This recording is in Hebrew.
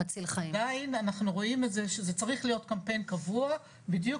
עדין אנחנו רואים את זה שזה צריך להיות קמפיין קבוע בדיוק